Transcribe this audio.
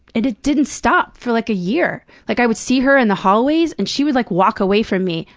and it didn't stop for, like, a year. like, i would see her in the hallways and she would, like, walk away from me.